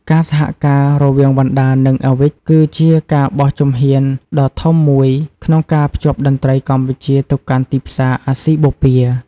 ការសហការរវាងវណ្ណដា និង Awich គឺជាការបោះជំហានដ៏ធំមួយក្នុងការភ្ជាប់តន្ត្រីកម្ពុជាទៅកាន់ទីផ្សារអាស៊ីបូព៌ា។